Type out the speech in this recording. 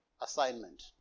assignment